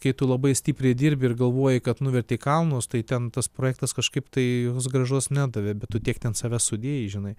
kai tu labai stipriai dirbi ir galvoji kad nuvertei kalnus tai ten tas projektas kažkaip tai jis gražos nedavė bet tiek ten savęs sudėjai žinai